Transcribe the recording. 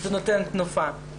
זה נותן תנופה.